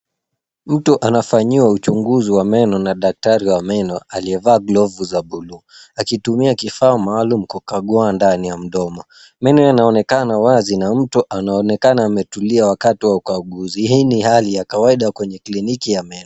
Mtu anafanyiwa uchunguzi wa meno na daktari wa meno aliyevaa glavu za buluu, akitumia kifaa maalumu kukagua ndani ya mdomo. Meno yanaonekana wazi na mtu anaonekana ametulia wakati wa ukaguzi. Hii ni hali ya kawaida kwenye kliniki ya meno.